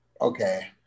okay